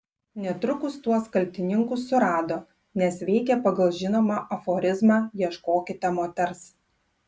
netrukus tuos kaltininkus surado nes veikė pagal žinomą aforizmą ieškokite moters